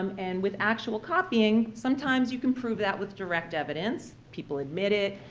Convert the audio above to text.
um and with actual copying, sometimes you can prove that with direct evidence. people admit it.